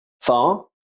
far